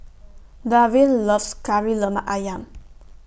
Darvin loves Kari Lemak Ayam